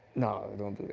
nah, don't do